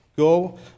Go